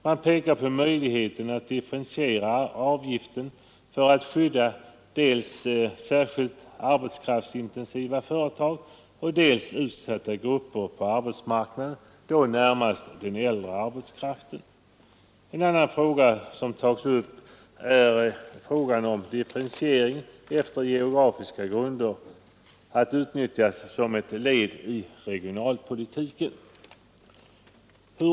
Man pekar på möjligheten att differentiera avgiften för att skydda dels särskilt arbetskraftsintensiva företag, dels utsatta grupper på arbetsmarknaden, då närmast den äldre arbetskraften. En annan fråga som tas upp är frågan om en differentiering efter geografiska grunder att utnyttjas som ett led i regionalpolitiken.